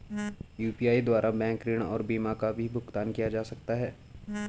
UPI द्वारा bank ऋण और बीमा का भी भुगतान किया जा सकता है?